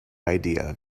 idea